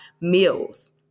meals